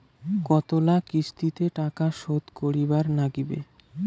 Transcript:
কতোলা কিস্তিতে টাকা শোধ করিবার নাগীবে?